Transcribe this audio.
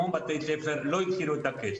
המון בתי ספר לא החזירו את הכסף.